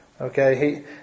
Okay